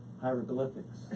hieroglyphics